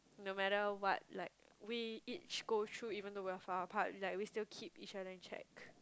no matter what like we each go through even though we are far apart like we still keep each other in check